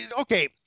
Okay